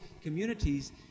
communities